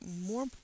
More